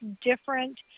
different